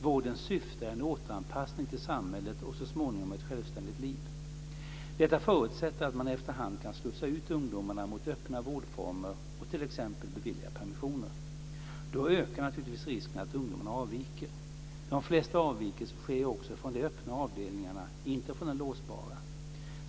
Vårdens syfte är en återanpassning till samhället och så småningom ett självständigt liv. Detta förutsätter att man efterhand kan slussa ut ungdomarna mot öppna vårdformer och t.ex. bevilja permissioner. Då ökar naturligtvis risken att ungdomarna avviker. De flesta avvikelser sker också från de öppna avdelningarna, inte från de låsbara.